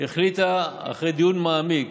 אחרי דיון מעמיק